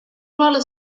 ruolo